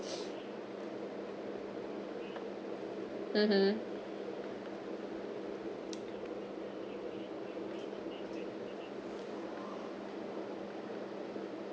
mmhmm